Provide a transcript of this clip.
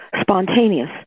spontaneous